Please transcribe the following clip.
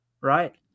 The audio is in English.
right